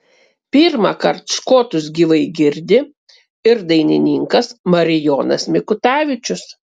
pirmąkart škotus gyvai girdi ir dainininkas marijonas mikutavičius